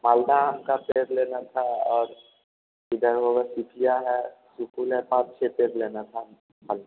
मालदह आम का पेड़ लेना था और इधर हो गया चीटिया है सुकुल सब से पेड़ लेना था फल